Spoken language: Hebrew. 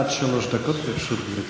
עד שלוש דקות לרשות גברתי.